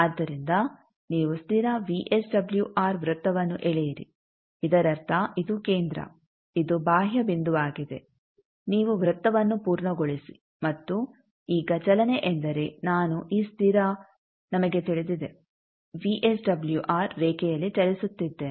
ಆದ್ದರಿಂದ ನೀವು ಸ್ಥಿರ ವಿಎಸ್ಡಬ್ಲ್ಯೂಆರ್ ವೃತ್ತವನ್ನು ಎಳೆಯಿರಿ ಇದರರ್ಥ ಇದು ಕೇಂದ್ರ ಇದು ಬಾಹ್ಯ ಬಿಂದುವಾಗಿದೆ ನೀವು ವೃತ್ತವನ್ನು ಪೂರ್ಣಗೊಳಿಸಿ ಮತ್ತು ಈಗ ಚಲನೆ ಎಂದರೆ ನಾನು ಈ ಸ್ಥಿರ ನಮಗೆ ತಿಳಿದಿದೆ ವಿಎಸ್ಡಬ್ಲ್ಯೂಆರ್ ರೇಖೆಯಲ್ಲಿ ಚಲಿಸುತ್ತಿದ್ದೇನೆ